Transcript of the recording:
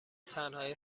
تنهایی